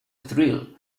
thrill